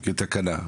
כתקנה?